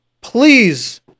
Please